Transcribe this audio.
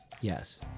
Yes